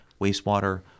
wastewater